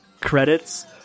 credits